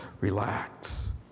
Relax